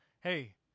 Hey